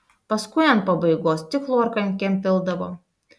paskui ant pabaigos tik chlorkalkėm pildavo